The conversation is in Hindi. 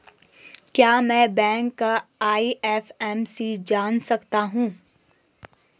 क्या मैं बैंक का आई.एफ.एम.सी जान सकता हूँ?